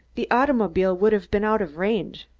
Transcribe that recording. the automobile would have been out of range.